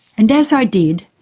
and as i did,